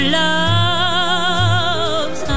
loves